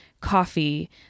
coffee